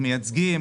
מייצגים,